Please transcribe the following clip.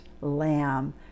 lamb